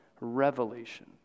revelation